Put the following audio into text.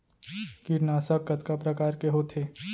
कीटनाशक कतका प्रकार के होथे?